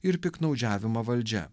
ir piktnaudžiavimą valdžia